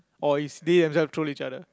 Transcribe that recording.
or is they themselves troll each other